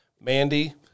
Mandy